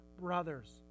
brothers